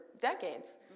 decades